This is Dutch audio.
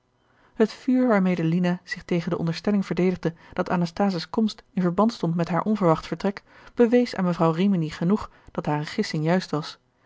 het vuur waarmede lina zich tegen de onderstelling verdedigde dat anasthase's komst in verband stond met haar onverwacht vertrek bewees aan mevrouw rimini genoeg dat hare gissing juist was